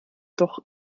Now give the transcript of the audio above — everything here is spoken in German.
doch